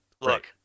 Look